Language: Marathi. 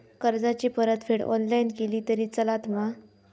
कर्जाची परतफेड ऑनलाइन केली तरी चलता मा?